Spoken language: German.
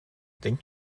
denken